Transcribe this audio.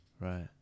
Right